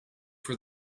for